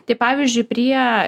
tai pavyzdžiui prie